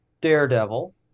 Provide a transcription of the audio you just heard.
Daredevil